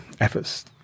efforts